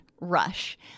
rush